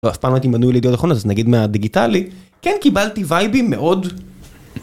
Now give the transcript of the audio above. ואף פעם לא הייתי מנוי לידיעות אחרונות, אז נגיד מהדיגיטלי, כן קיבלתי וייבים מאד